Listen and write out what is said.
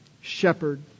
shepherd